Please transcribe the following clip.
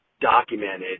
documented